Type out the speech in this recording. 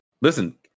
Listen